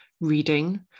reading